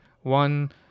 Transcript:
One